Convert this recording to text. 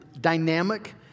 dynamic